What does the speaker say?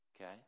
Okay